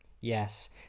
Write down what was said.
yes